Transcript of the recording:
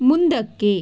ಮುಂದಕ್ಕೆ